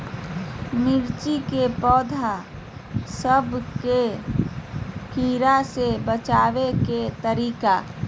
मिर्ची के पौधा सब के कीड़ा से बचाय के तरीका?